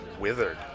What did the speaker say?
withered